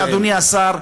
אדוני השר,